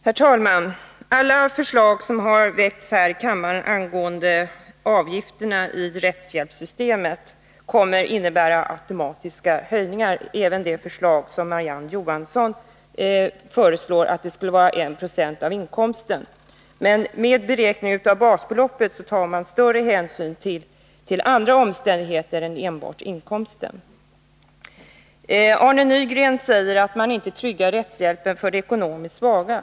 Herr talman! Alla förslag som har väckts här i kammaren angående avgifterna i rättshjälpssystemet kommer att innebära automatiska höjningar, även det förslag som Marie-Ann Johansson talar för, nämligen att avgiften skulle utgöra 190 av årsinkomsten. Men med beräkningar grundade på basbeloppet tar man större hänsyn till andra omständigheter och inte enbart till inkomsten. Arne Nygren säger att man inte tryggar rättshjälpen för de ekonomiskt svaga.